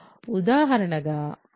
ఉదాహరణ 1 తీసుకుంటే R z